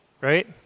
right